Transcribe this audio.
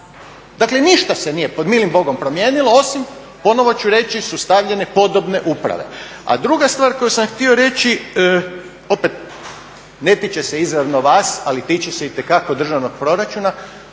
Dakle ništa se nije pod milim bogom promijenilo, osim ponovno ću reći sustavljene podobne uprave. A druga stvar koju sam htio reći, opet ne tiče se izravno vas ali tiče se itekako državnog proračuna,